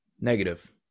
Negative